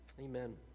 Amen